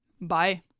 Bye